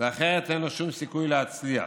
ואחרת אין לו שום סיכוי להצליח.